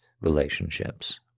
relationships